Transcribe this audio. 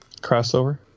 Crossover